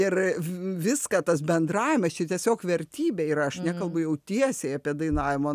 ir viską tas bendravimas čia tiesiog vertybė ir aš nekalbu jau tiesiai apie dainavimo